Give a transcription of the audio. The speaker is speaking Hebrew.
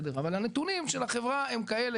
אבל הנתונים של החברה הם כאלה,